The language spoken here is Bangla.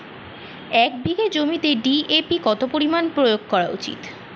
এক বিঘে জমিতে ডি.এ.পি কত পরিমাণ প্রয়োগ করা উচিৎ?